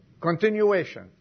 Continuation